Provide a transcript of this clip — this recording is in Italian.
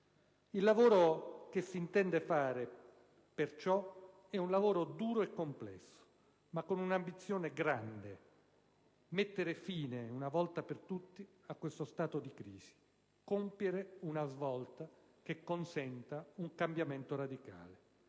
Il lavoro che si intende fare perciò è duro e complesso, ma ha un'ambizione grande: mettere fine, una volta per tutte, a questo stato di crisi; compiere una svolta che consenta un cambiamento radicale.